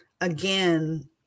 again